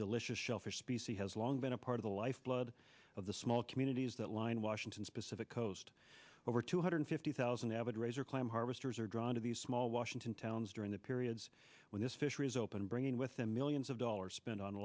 delicious shellfish species has long been a part of the lifeblood of the small communities that line washington specific coast over two hundred fifty thousand avid razor clam harvesters are drawn to these small washington towns during the periods when this fisheries opened bringing with them millions of dollars spent on